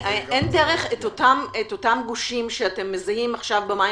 את אותם גושים שאתם מזהים עכשיו במים